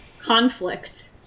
conflict